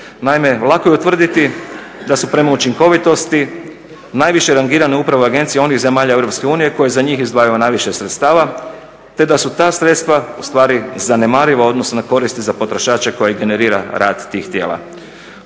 Naime, lako je utvrditi da su prema učinkovitosti najviše rangirane upravo agencije onih zemalja Europske unije koje za njih izdvajaju najviše sredstava, te da su ta sredstva u stvari zanemariva u odnosu na koristi za potrošače koje generira rad tih tijela.